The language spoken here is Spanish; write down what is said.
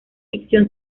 ficción